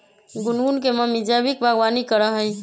गुनगुन के मम्मी जैविक बागवानी करा हई